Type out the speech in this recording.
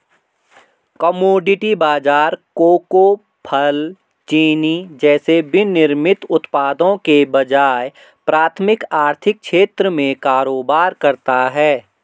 commodity बाजार cocoa, फल, चीनी जैसे विनिर्मित उत्पादों के बजाय प्राथमिक आर्थिक क्षेत्र में कारोबार करता है